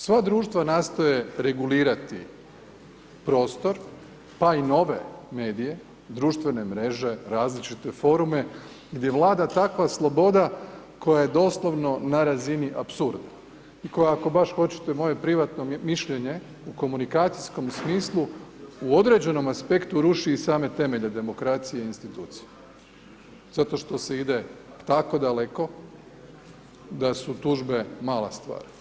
Sva društva nastoje regulirati prostor pa i nove medije, društvene mreže, različite forume gdje vlada takva sloboda koja je doslovno na razini apsurda i koja ako baš hoćete moje privatne mišljenje u komunikacijskom smislu, u određenom aspektu ruši i same temelje demokracije i institucija zato što se ide tako daleko da su tužbe mala stvar.